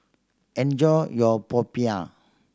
enjoy your popiah